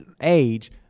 age